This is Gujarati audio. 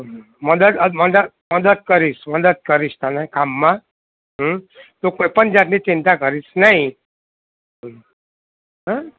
મદદ મદદ કરીશ મદદ કરીશ તને કામમાં હમ તું કોઈ પણ જાતની ચિંતા કરીશ નહીં હમ હ